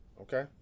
Okay